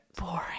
boring